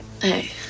Hey